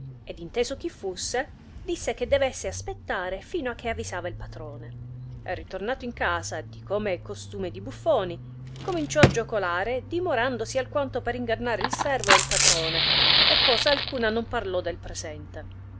ed inteso chi fusse disse che devesse aspettare fino che avisava il patrone e ritornato in casa sì come è costume di buffoni cominciò a giocolare dimorandosi alquanto per ingannare il servo e il patrone e cosa alcuna non parlò del presente